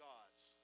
God's